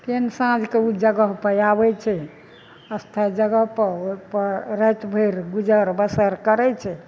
फेर साँझके ओ जगह पर आबै छै स्थायी जगहपर ओहिपर राति भरि गुजर बसर करै छै